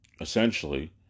essentially